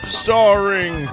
starring